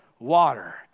Water